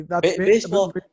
Baseball